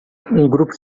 grupo